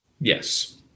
Yes